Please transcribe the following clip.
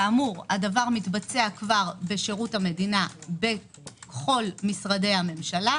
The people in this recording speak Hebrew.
כאמור הדבר מתבצע כבר בשירות המדינה בכל משרדי הממשלה,